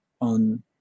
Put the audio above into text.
on